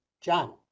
John